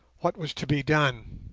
what was to be done?